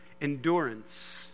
endurance